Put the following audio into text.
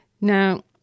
Now